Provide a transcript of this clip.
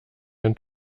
ein